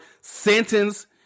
sentence